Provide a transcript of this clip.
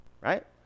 Right